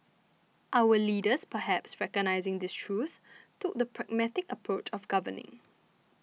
our leaders perhaps recognising this truth took the pragmatic approach of governing